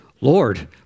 Lord